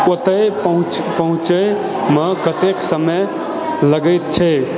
ओतय पहुँचैमे कतेक समय लगैत छैक